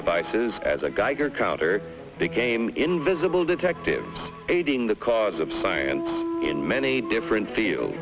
devices as a geiger counter became invisible detective aiding the cause of science in many different fields